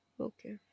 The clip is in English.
Okay